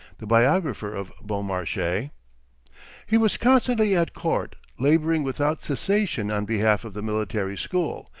the biographer of beaumarchais he was constantly at court, laboring without cessation on behalf of the military school,